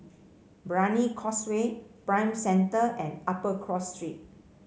Brani Causeway Prime Centre and Upper Cross Street